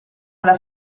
alla